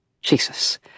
Jesus